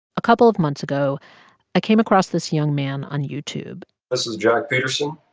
a couple of months ago i came across this young man on youtube this is jack peterson.